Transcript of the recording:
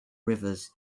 rivers